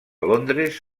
londres